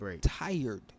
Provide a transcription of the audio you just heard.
tired